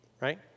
right